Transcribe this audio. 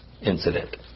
incident